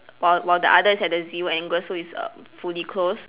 while while the other is at the zero angle so is err fully closed